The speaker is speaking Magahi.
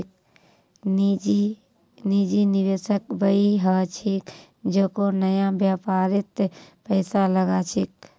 निजी निवेशक वई ह छेक जेको नया व्यापारत पैसा लगा छेक